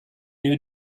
knew